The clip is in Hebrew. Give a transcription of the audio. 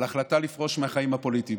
לפרוש מהחיים הפוליטיים.